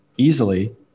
Easily